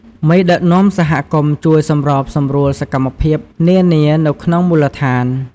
មេដឹកនាំសហគមន៍ជួយសម្របសម្រួលសកម្មភាព នានានៅក្នុងមូលដ្ឋាន។